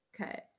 Okay